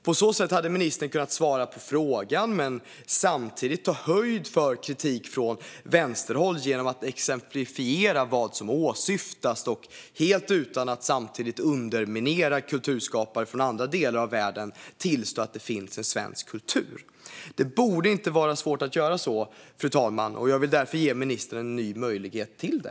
På så sätt hade ministern kunnat svara på frågan men samtidigt ta höjd för kritik från vänsterhåll genom att exemplifiera vad som åsyftas och, helt utan att samtidigt underminera kulturskapare från andra delar av världen, tillstå att det finns en svensk kultur. Det borde inte vara svårt att göra så, fru talman, och jag vill därför ge ministern ett ny möjlighet till det.